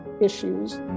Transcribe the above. issues